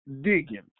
digging